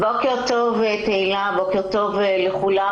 בוקר טוב תהלה, בוקר טוב לכולם.